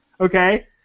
Okay